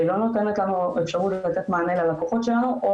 לא נותנת לנו אפשרות לתת מענה ללקוחות שלנו או